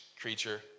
creature